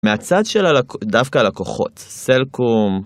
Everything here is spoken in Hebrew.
מהצד של הלקו-, דווקא הלקוחות. סלקום.